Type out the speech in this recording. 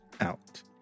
out